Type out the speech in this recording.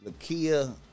Lakia